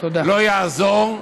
לא יעזור,